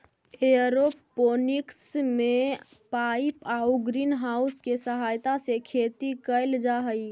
aeroponics में pipe आउ greenhouse के सहायता से खेती कैल जा हइ